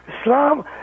Islam